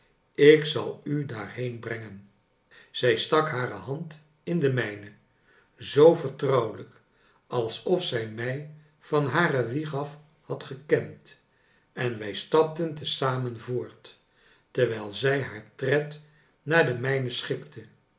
ik zal u daarheen brengen zij stak hare hand in de mijne zoo vertrouwelijk alsof zij mij van hare wieg af had gekend en wij stapten te zamen voort terwijl zij haar tred naar den mijnen schikte